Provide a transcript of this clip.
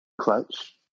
clutch